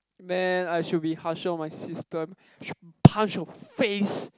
man I should be harsher on my sister should punch her face